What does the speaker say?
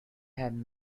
had